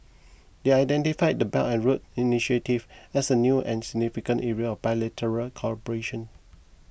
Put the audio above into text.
they identified the Belt and Road initiative as a new and significant area bilateral cooperation